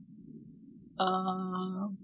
uh